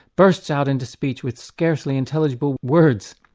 burst out into speech with scarcely intelligible words,